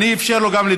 אני אאפשר גם לו לדבר.